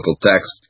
text